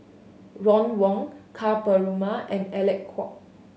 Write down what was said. Ron Wong Ka Perumal and Alec Kuok